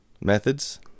methods